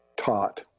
taught